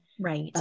Right